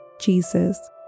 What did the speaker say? Jesus